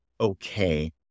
okay